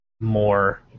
More